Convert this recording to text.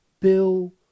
Bill